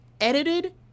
edited